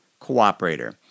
cooperator